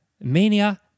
Mania